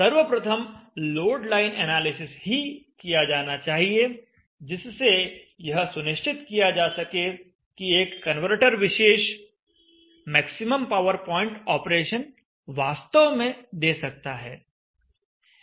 सर्वप्रथम load line analysis ही किया जाना चाहिए जिससे यह सुनिश्चित किया जा सके कि एक कन्वर्टर विशेष मैक्सिमम पावर पॉइंट ऑपरेशन वास्तव में दे सकता है